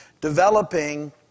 Developing